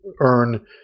earn